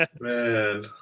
Man